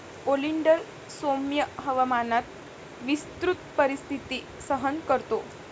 oleander सौम्य हवामानात विस्तृत परिस्थिती सहन करतो